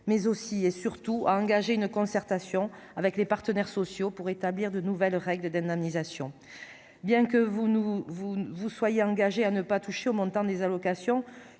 mais aussi et surtout à engager une concertation avec les partenaires sociaux pour établir de nouvelles règles d'indemnisation, bien que vous nous vous vous soyez engagés à ne pas toucher au montant des allocations,